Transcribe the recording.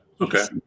okay